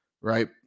Right